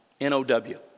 N-O-W